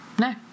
No